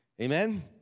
Amen